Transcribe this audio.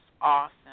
awesome